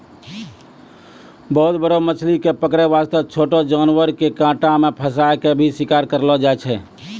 बहुत बड़ो मछली कॅ पकड़ै वास्तॅ छोटो जानवर के कांटा मॅ फंसाय क भी शिकार करलो जाय छै